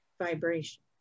vibration